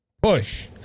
Bush